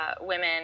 women